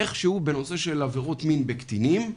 איכשהו בנושא של עבירות מין בקטינים,